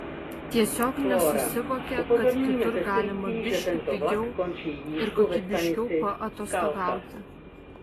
tiesiog nesusivokia kad kitur galima biški pigiau ir kokybiškiau paatostogauti